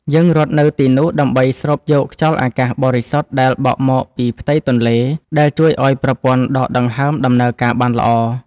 យើងរត់នៅទីនោះដើម្បីស្រូបយកខ្យល់អាកាសបរិសុទ្ធដែលបក់មកពីផ្ទៃទន្លេ ដែលជួយឱ្យប្រព័ន្ធដកដង្ហើមដំណើរការបានល្អ។